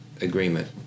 agreement